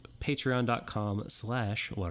Patreon.com/slash